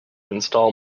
install